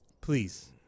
please